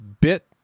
bit